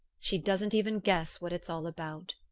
she doesn't even guess what it's all about.